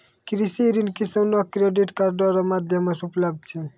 कृषि ऋण किसानो के क्रेडिट कार्ड रो माध्यम से उपलब्ध छै